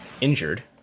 injured